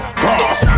cross